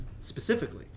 specifically